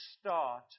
start